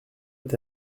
est